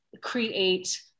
create